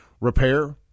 repair